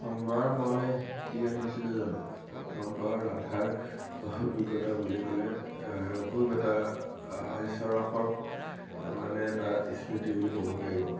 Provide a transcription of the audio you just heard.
প্ৰথমবাৰ মই কি ৰান্ধিছিলো জানে প্ৰথমবাৰ ৰন্ধাৰ অভিজ্ঞতা বুলি ক'লে খুব এটা হাস্যৰসক মানে এটা ইস্মিতি বুলি ক'ব লাগিব